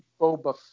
Boba